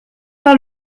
par